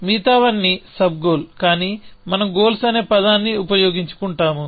మిగతావన్నీసబ్ goal కానీ మనం goals అనే పదాన్ని ఉపయోగించుకుంటాము